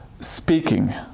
speaking